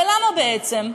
ולמה, בעצם?